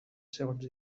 segons